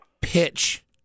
pitch